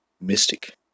Mystic